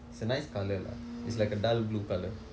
it's a nice color lah it's like a dull blue colour